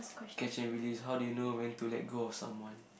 catch and release how do you know when to let go of someone